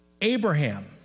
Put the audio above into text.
Abraham